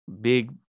big